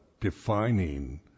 defining